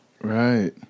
Right